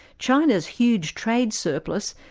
china's huge trade surplus,